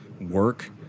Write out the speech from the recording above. work